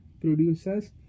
producers